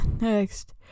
next